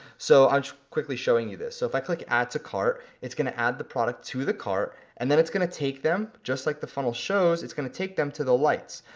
so i'm just quickly showing you this. so if i click add to cart, it's gonna add the product to the cart, and then it's gonna take them, just like the funnel shows, it's gonna take them to the lights.